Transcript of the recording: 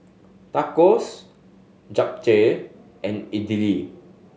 Tacos Japchae and Idili